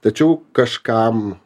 tačiau kažkam